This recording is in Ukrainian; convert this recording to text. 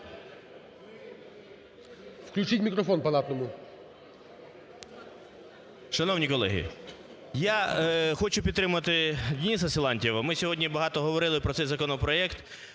Включіть мікрофон Палатному.